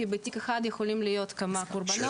כי בתיק אחד יכולים להיות כמה קורבנות.